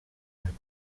اند